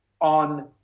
on